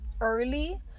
early